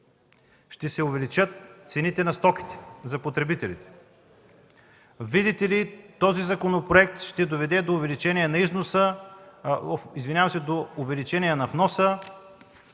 ще се увеличат цените на стоките за потребителите; законопроектът ще доведе до увеличение на вноса